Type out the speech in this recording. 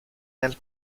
nel